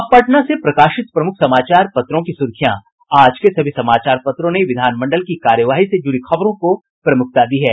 अब पटना से प्रकाशित प्रमुख समाचार पत्रों की सुर्खियां आज के सभी समाचार पत्रों ने विधान मंडल की कार्यवाही से जूड़ी खबरों को प्रमुखता दी है